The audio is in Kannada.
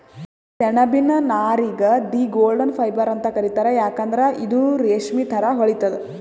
ಸೆಣಬಿನ್ ನಾರಿಗ್ ದಿ ಗೋಲ್ಡನ್ ಫೈಬರ್ ಅಂತ್ ಕರಿತಾರ್ ಯಾಕಂದ್ರ್ ಇದು ರೇಶ್ಮಿ ಥರಾ ಹೊಳಿತದ್